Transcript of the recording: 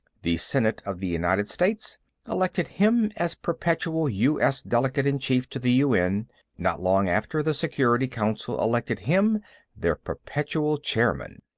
the senate of the united states elected him as perpetual u. s. delegate-in-chief to the un not long after, the security council elected him their perpetual chairman.